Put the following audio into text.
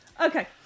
Okay